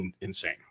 insane